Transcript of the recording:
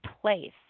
place